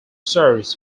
serves